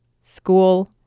School